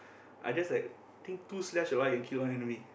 I just like I think two slash or what I can kill one enemy